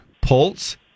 Pulse